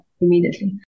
immediately